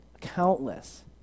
countless